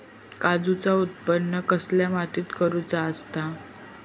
काजूचा उत्त्पन कसल्या मातीत करुचा असता?